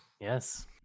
Yes